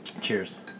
Cheers